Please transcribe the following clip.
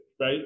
right